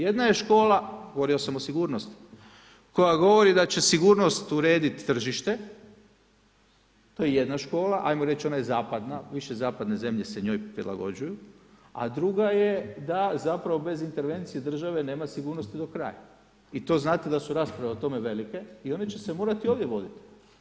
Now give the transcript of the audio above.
Jedna je škola, govorio sam o sigurnosnoj koja govori da će sigurnost urediti tržište, to jedna škola, ajmo reći ona je zapadna, više zapadne zemlje se njoj prilagođuju a druga je da zapravo bez intervencije države nema sigurnosti do kraja i to znate da su rasprave o tome velike i one će se morati ovdje voditi.